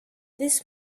this